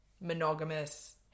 monogamous